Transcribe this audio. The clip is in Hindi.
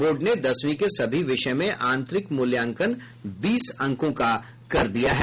बोर्ड ने दसवीं के सभी विषय में आंतरिक मूल्यांकन बीस अंकों का कर दिया है